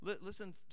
Listen